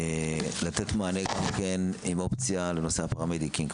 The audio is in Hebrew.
ולתת מענה עם אופציה לנושא הפרמדיקים.